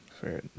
fair